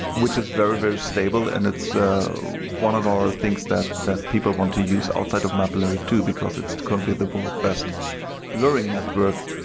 which is very, very stable and it's so one of our things that that people want to use outside of mapillary too, because it's currently the world's best blurring network.